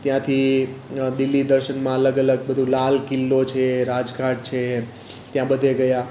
ત્યાંથી દિલ્લી દર્શનમાં અલગ અલગ બધું લાલ કિલ્લો છે રાજ ઘાટ છે ત્યાં બધે ગયા